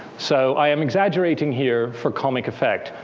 so i am exaggerating here for comic effect,